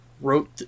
wrote